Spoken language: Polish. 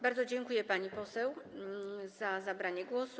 Bardzo dziękuję, pani poseł, za zabranie głosu.